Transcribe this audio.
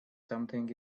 something